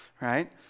right